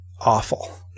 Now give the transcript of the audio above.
awful